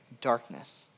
darkness